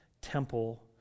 temple